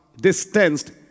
distanced